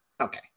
okay